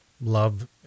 love